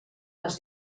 les